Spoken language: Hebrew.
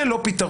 זה לא פתרון.